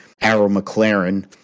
Arrow-McLaren